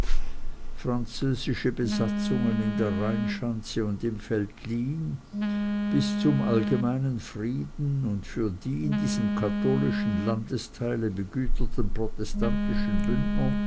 französische besatzungen in der rheinschanze und im veltlin bis zum allgemeinen frieden und für die in diesem katholischen landesteile begüterten protestantischen